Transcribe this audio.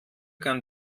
kann